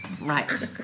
right